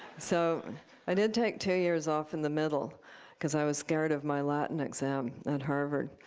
so i did take two years off in the middle because i was scared of my latin exam at harvard.